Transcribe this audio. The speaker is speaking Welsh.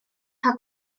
cael